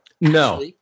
no